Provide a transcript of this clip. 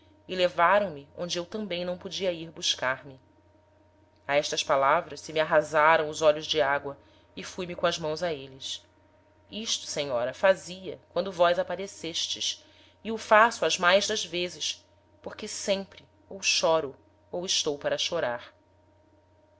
levaram-me onde eu tambem não podia ir buscar-me a estas palavras se me arrasaram os olhos de ágoa e fui-me com as mãos a êles isto senhora fazia quando vós aparecestes e o faço as mais das vezes porque sempre ou chóro ou estou para chorar